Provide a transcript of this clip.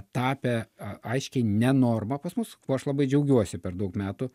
tapę aiškiai ne norma pas mus kuo aš labai džiaugiuosi per daug metų